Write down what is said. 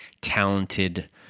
talented